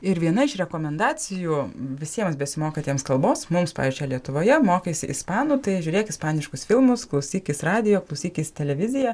ir viena iš rekomendacijų visiems besimokantiems kalbos mums pavyzdžiui lietuvoje mokaisi ispanų tai žiūrėk ispaniškus filmus klausykis radijo klausykis televiziją